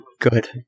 good